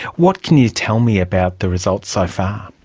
what can you tell me about the results so far?